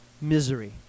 misery